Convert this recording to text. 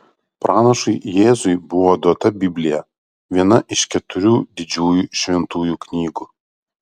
pranašui jėzui buvo duota biblija viena iš keturių didžiųjų šventųjų knygų